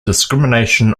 discrimination